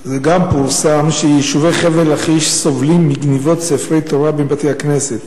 פורסם גם שיישובי חבל-לכיש סובלים מגנבות ספרי תורה מבתי-כנסת.